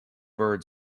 bird